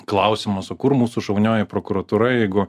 klausimas o kur mūsų šaunioji prokuratūra jeigu